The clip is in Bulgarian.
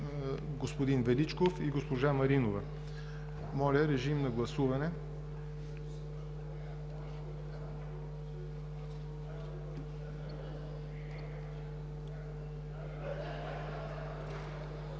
господин Величков и госпожа Маринова. Моля, гласувайте.